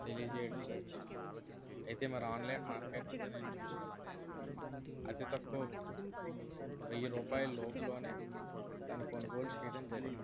తెలియచేయడం జరిగింది అయితే మరి ఆన్లైన్ మార్కెట్లో నేను చూసినప్పుడు అతి తక్కువకి వెయ్యి రూపాయలలోపు దాని కొనుగోలు చేయడం జరిగింది